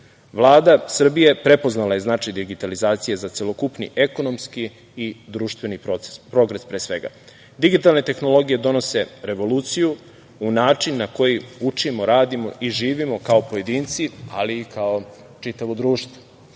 Srbije prepoznala je značaj digitalizacije za celokupni ekonomski i društveni proces i progres pre svega. Digitalne tehnologije donose revoluciju u način na koji učimo, radimo i živimo kao pojedinci, ali i kao čitavo društvo.